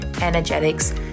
energetics